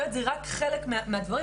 אולי זה רק חלק מהדברים,